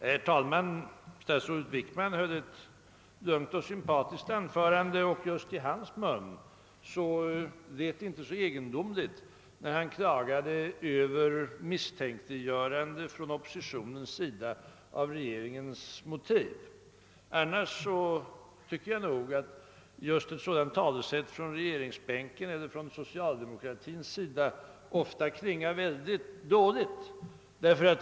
Herr talman! Statsrådet Wickman höll ett lugnt och sympatiskt anförande, och just i hans mun lät det inte så egendomligt när han klagade över misstänkliggörande från oppositionens sida av regeringens motiv. Annars tycker jag nog att ett sådant talesätt från regeringsbänken eller av socialdemokrater ofta klingar dåligt.